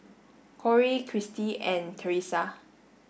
Corey Kristie and Teresa